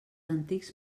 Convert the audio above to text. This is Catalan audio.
antics